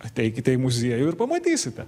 ateikite į muziejų ir pamatysite